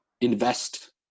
invest